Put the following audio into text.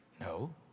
No